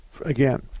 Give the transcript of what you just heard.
again